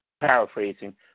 paraphrasing